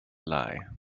lie